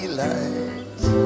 lights